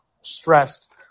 stressed